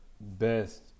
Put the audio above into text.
best